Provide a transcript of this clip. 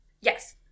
Yes